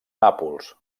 nàpols